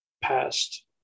past